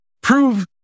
prove